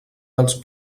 dels